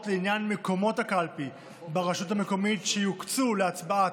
לעניין מקומות הקלפי ברשות המקומית שיוקצו להצבעת